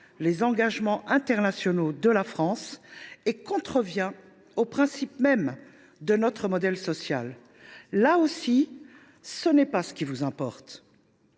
les engagements internationaux de la France et contrevient aux principes mêmes de notre modèle social. Là aussi, ce n’est pas ce qui vous importe.